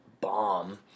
bomb